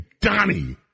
Donnie